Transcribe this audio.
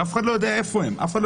שאף אחד לא יודע איפה הן כתובות,